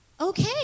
okay